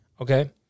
Okay